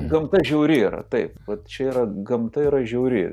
gamta žiauri yra taip vat čia yra gamta yra žiauri